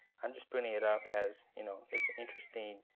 i'm just bringing it up as you know it's an interesting